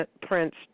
Prince